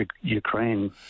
ukraine